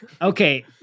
Okay